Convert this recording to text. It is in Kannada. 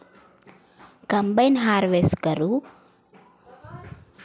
ಕಂಬೈನ್ ಹಾರ್ವೆಸ್ಟರ್ಗಳು ಆರ್ಥಿಕವಾಗಿ ಕಾರ್ಮಿಕ ಉಳಿತಾಯದಲ್ಲಿ ಒಂದಾಗಿದ್ದು ಕೃಷಿಯಲ್ಲಿ ತೊಡಗಿರುವ ಜನಸಂಖ್ಯೆ ಕಡಿಮೆ ಮಾಡ್ತದೆ